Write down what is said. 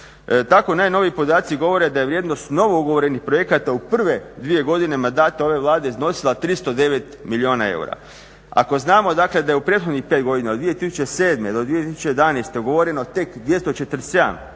Tako najnoviji podaci govore da je vrijednost novougovorenih projekata u prve 2 godine mandata ove Vlade iznosila 309 milijuna eura. Ako znamo, dakle da je u prethodnih 5 godina, 2007. do 2012. ugovoreno tek 247